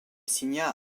signa